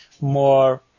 more